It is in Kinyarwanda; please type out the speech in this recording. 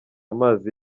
amazi